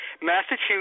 Massachusetts